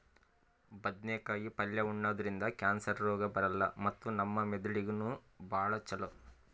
ಬದ್ನೇಕಾಯಿ ಪಲ್ಯ ಉಣದ್ರಿಂದ್ ಕ್ಯಾನ್ಸರ್ ರೋಗ್ ಬರಲ್ಲ್ ಮತ್ತ್ ನಮ್ ಮೆದಳಿಗ್ ನೂ ಭಾಳ್ ಛಲೋ